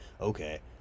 okay